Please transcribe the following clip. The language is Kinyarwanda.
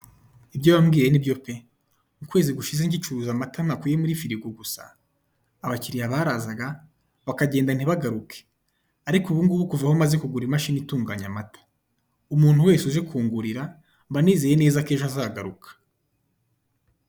Ibyo wambwiye ni byo pe! Ukwezi gushize nkicuruza amata nakuye muri firigo gusa abakiriya barazaga bakagenda ntibagaruke, ariko ubungubu kuva aho maze kugura imashini itunganya amata, umuntu wese uje kungurira mba nizeye ko ejo azagaruka.